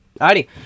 Alrighty